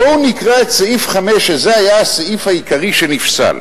בואו נקרא את סעיף 5, שזה היה הסעיף העיקרי שנפסל: